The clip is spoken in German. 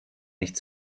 nicht